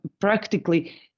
practically